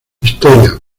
historia